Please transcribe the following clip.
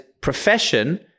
profession